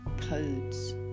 codes